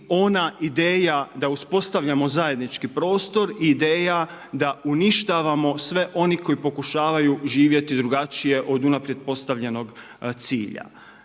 ona ideja da uspostavljamo zajednički prostor, ideja da uništavamo sve one koji pokušavaju živjeti drugačije od unaprijed postavljenog cilja.